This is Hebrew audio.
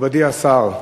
מכובדי השר,